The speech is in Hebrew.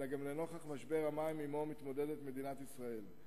אלא גם לנוכח משבר המים שעמו מתמודדת מדינת ישראל.